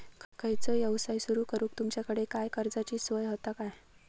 खयचो यवसाय सुरू करूक तुमच्याकडे काय कर्जाची सोय होता काय?